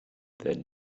that